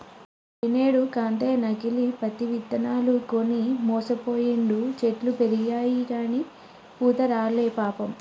పోయినేడు కాంతయ్య నకిలీ పత్తి ఇత్తనాలు కొని మోసపోయిండు, చెట్లు పెరిగినయిగని పూత రాలే పాపం